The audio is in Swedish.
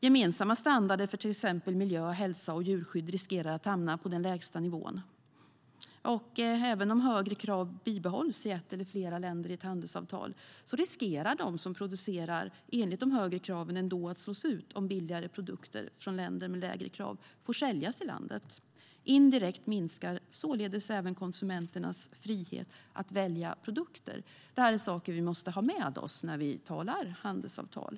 Gemensamma standarder för till exempel miljö, hälsa och djurskydd riskerar att hamna på den lägsta nivån. Även om högre krav bibehålls i ett eller flera länder i ett handelsavtal riskerar den som producerar enligt de högre kraven ändå att slås ut om billigare produkter från länder med lägre krav får säljas i landet. Indirekt minskar således även konsumenternas frihet att välja produkter. Detta är saker vi måste ha med oss när vi talar om handelsavtal.